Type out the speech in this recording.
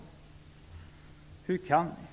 Hur kan ni?